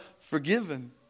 forgiven